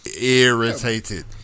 irritated